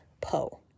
po